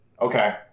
Okay